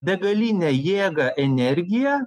begalinę jėgą energiją